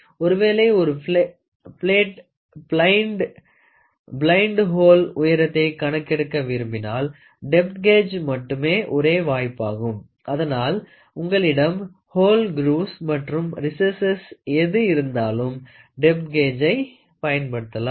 ஒருவேளை ஒரு பிளைன்ட ஹோளின் உயரத்தை கணக்கெடுக்க விரும்பினாள் டெப்த் கேஜ் மட்டுமே ஒரே வாய்ப்பாகும் அதனால் உங்களிடம் ஹோல் க்ரூவ்ஸ் மற்றும் ரெஸ்ஸ்ஸஸ் எது இருந்தாலும் டெப்த் கேஜை பயன்படுத்தலாம்